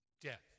Death